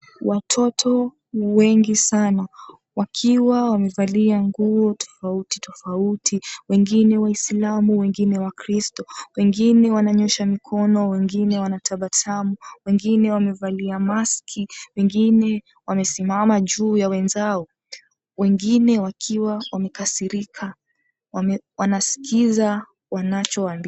Watoto wengi sana wakiwa wamevalia nguo tofauti tofauti, wengine Waislamu wengine Wakristu, wengine wananyosha mikono, wengine wanatabasamu, wengine wamevalia maski, wengine wamesimama juu ya wenzao, wengine wakiwa wamekasirika. Wame wanasikiza wanacho ambi...